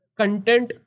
content